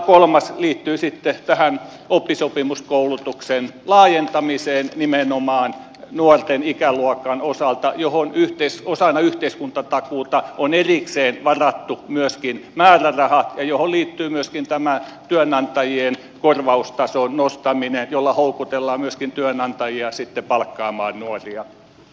kolmas liittyy oppisopimuskoulutuksen laajentamiseen nimenomaan nuorten ikäluokan osalta ja siihen osana yhteiskuntatakuuta on erikseen varattu myöskin määräraha ja siihen liittyy myöskin tämä työnantajien korvaustason nostaminen jolla houkutellaan myöskin työantajia sitten palkkaamaan nuoria